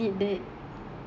ya